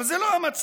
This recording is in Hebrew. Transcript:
אבל זה לא המצב.